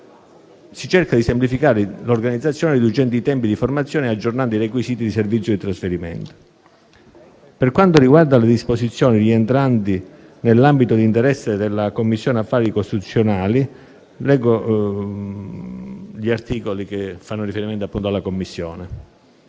altresì di semplificare l'organizzazione riducendo i tempi di formazione e aggiornando i requisiti di servizio e di trasferimento. Per quanto riguarda le disposizioni rientranti nell'ambito di interesse della Commissione affari costituzionali, leggerò ora gli articoli che fanno appunto riferimento a tale Commissione.